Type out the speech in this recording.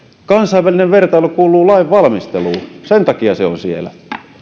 kansainvälinen vertailu kuuluu lainvalmisteluun sen takia se on siellä